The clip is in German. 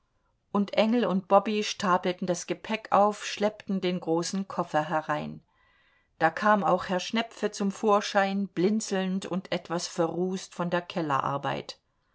und engel und bobby stapelten das gepäck auf schleppten den großen koffer herein da kam auch herr schnepfe zum vorschein blinzelnd und etwas verrußt von der